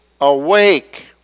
awake